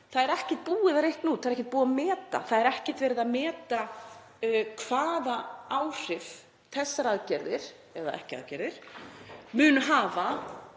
þá er ekkert búið að reikna út, það er ekkert búið að meta. Það er ekkert verið að meta hvaða áhrif þessar aðgerðir, eða ekki-aðgerðir, munu hafa